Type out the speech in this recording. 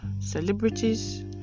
celebrities